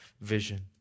vision